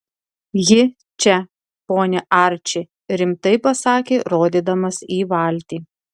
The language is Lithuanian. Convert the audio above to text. ji čia pone arči rimtai pasakė rodydamas į valtį